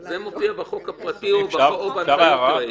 זה מופיע בחוק הפרטי או בהנחיות יועץ.